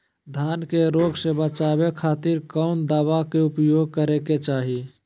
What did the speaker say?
धान के रोग से बचावे खातिर कौन दवा के उपयोग करें कि चाहे?